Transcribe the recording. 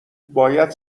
باید